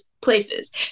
places